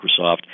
Microsoft